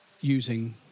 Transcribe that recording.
using